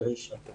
של ראשון לציון.